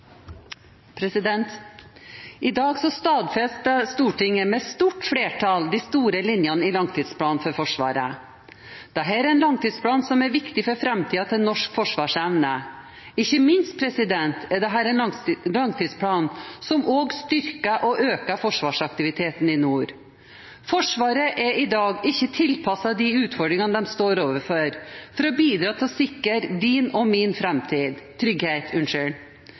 I dag stadfester Stortinget med stort flertall de store linjene i langtidsplanen for Forsvaret. Dette er en langtidsplan som er viktig for framtiden til norsk forsvarsevne. Ikke minst er dette en langtidsplan som også styrker og øker forsvarsaktiviteten i nord. Forsvaret er i dag ikke tilpasset de utfordringene de står overfor for å bidra til å sikre din og min trygghet.